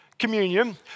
communion